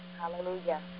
Hallelujah